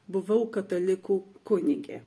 buvau katalikų kunige